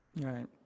right